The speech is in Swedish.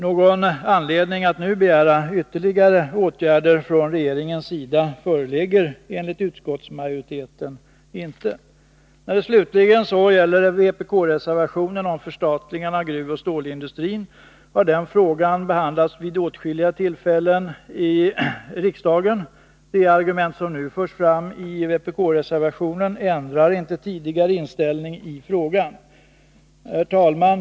Någon anledning att nu begära ytterligare åtgärder från regeringens sida föreligger enligt utskottsmajoriteten inte. När det slutligen gäller vpk-reservationen om förstatligande av gruvoch stålindustrin har den frågan behandlats vid åtskilliga tillfällen i riksdagen. De argument som nu förs fram i vpk-reservationen ändrar inte tidigare inställning i frågan. Herr talman!